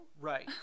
Right